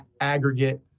aggregate